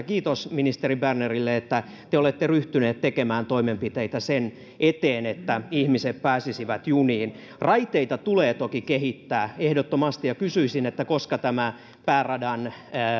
kiitos ministeri bernerille että te olette ryhtynyt tekemään toimenpiteitä sen eteen että ihmiset pääsisivät juniin raiteita tulee toki kehittää ehdottomasti ja kysyisin koska tämä pääradan